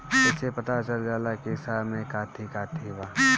एसे पता चल जाला की हिसाब में काथी काथी बा